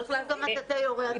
כשרוצים גם מטאטא יורה, את יודעת.